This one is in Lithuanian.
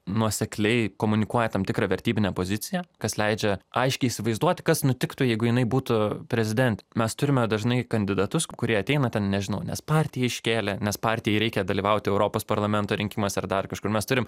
nuosekliai komunikuoja tam tikrą vertybinę poziciją kas leidžia aiškiai įsivaizduoti kas nutiktų jeigu jinai būtų prezidentė mes turime dažnai kandidatus kurie ateina ten nežinau nes partija iškėlė nes partijai reikia dalyvauti europos parlamento rinkimuose ar dar kažkur mes turim